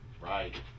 right